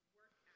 work